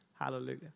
Hallelujah